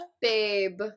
Babe